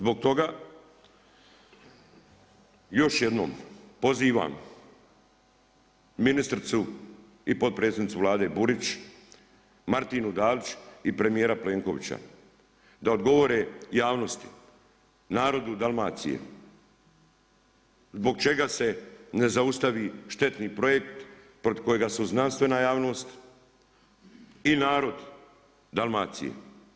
Zbog toga još jednom pozivam ministricu i potpredsjednicu Vlade Burić, Martinu Dalić i premijera Plenkovića da odgovore javnosti, narodu Dalmacije zbog čega se ne zaustavi štetni projekt protiv kojega su znanstvena javnost i narod Dalmacije.